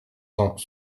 cent